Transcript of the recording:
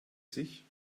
sich